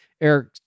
Eric